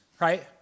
right